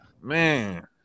man